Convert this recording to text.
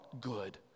good